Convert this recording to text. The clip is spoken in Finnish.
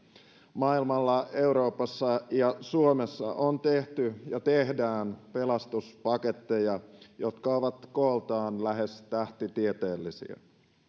maailmalla euroopassa ja suomessa on tehty ja tehdään pelastuspaketteja jotka ovat kooltaan lähes tähtitieteellisiä